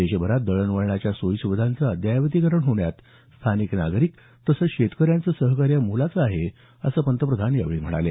देशभरात दळणवळणाच्या सोयी सुविधांचं अद्ययावतीकरण होण्यात स्थानिक नागरिक तसंच शेतकऱ्यांच सहकार्य मोलाचं आहे असं पंतप्रधान यावेळी बोलतांना म्हणाले